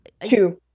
two